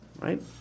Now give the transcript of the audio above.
Right